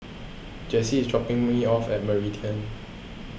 Jessie is dropping me off at Meridian